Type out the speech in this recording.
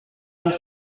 cent